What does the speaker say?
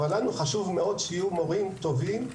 חשוב לנו מאוד שיהיו מורים טובים,